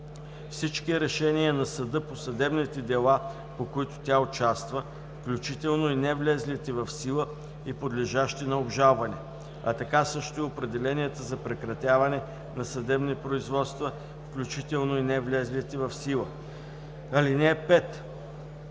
всички решения на съда по съдебните дела, по които тя участва, включително и невлезлите в сила и подлежащи на обжалване, а така също и определенията за прекратяване на съдебни производства, включително и невлезлите в сила. (5) Решенията